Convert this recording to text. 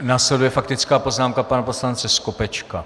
Následuje faktická poznámka pana poslance Skopečka.